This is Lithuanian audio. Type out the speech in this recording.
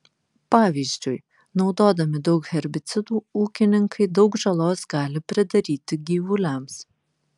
pavyzdžiui naudodami daug herbicidų ūkininkai daug žalos gali pridaryti gyvuliams